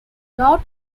not